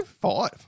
five